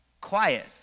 quiet